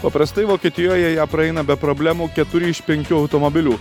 paprastai vokietijoje ją praeina be problemų keturi iš penkių automobilių